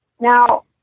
now